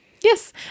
Yes